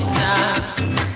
now